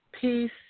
Peace